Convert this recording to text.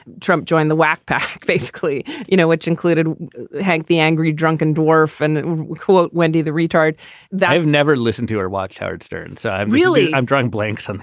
trump joined the wack pack, basically, you know, which included hank, the angry drunken dwarf and quote wendy the retard that i've never listened to her watch howard stern. so i really i'm drawing blanks.